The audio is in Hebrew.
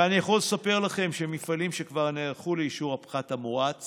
ואני יכול לספר לכם שמפעלים שכבר נערכו לאישור הפחת המואץ